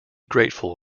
grateful